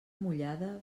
mullada